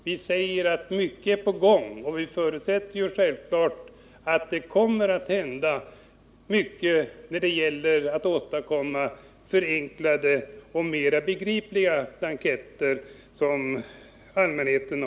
Vi säger att mycket är på gång, och vi förutsätter självfallet att mycket kommer att hända i vad det gäller att åstadkomma förenklade och mera begripliga blanketter för allmänheten.